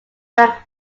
frank